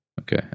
Okay